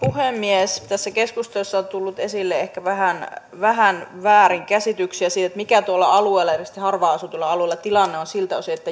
puhemies tässä keskustelussa on tullut esille ehkä vähän vähän väärinkäsityksiä siitä mikä tuolla alueilla erityisesti harvaan asutuilla alueilla tilanne on siltä osin että